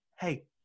Hey